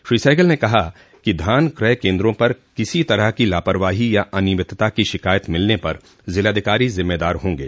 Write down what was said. श्री सहगल ने कहा कि धान क्रय केन्द्रों पर किसी तरह की लापरवाही या अनियमितता की शिकायत मिलने पर जिलाधिकारी जिम्मेदार होंगे